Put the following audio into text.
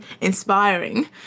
inspiring